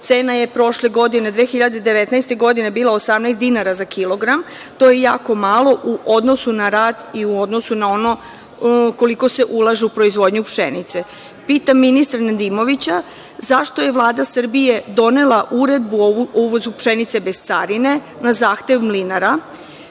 Cena je prošle godine, 2019. godine bila 18 dinara za kilogram i to je jako malo u odnosu na rad i u odnosu na ono koliko se ulaže u proizvodnju pšenice. Pitam ministra Nedimovića –zašto je Vlada Srbije donela Uredbu o uvozu pšenice bez carine, na zahtev mlinara?